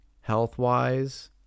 health-wise